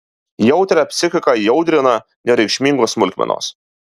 jautrią psichiką įaudrina net nereikšmingos smulkmenos